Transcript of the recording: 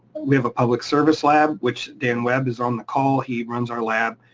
we have a public service lab, which dan webb is on the call, he runs our lab.